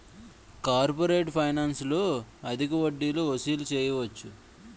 corporate ఫైనాన్స్లో అధిక వడ్డీలు వసూలు చేయవచ్చు